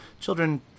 children